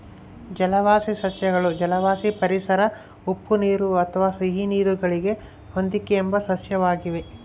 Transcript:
ಜಲವಾಸಿ ಸಸ್ಯಗಳು ಜಲವಾಸಿ ಪರಿಸರ ಉಪ್ಪುನೀರು ಅಥವಾ ಸಿಹಿನೀರು ಗಳಿಗೆ ಹೊಂದಿಕೆಂಬ ಸಸ್ಯವಾಗಿವೆ